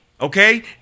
okay